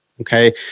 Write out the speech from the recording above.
Okay